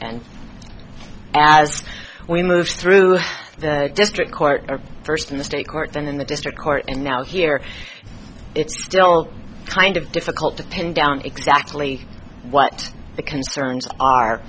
and as we move through the district court first in the state court and in the district court and now here are still kind of difficult to pin down exactly what the concern